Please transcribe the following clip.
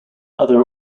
other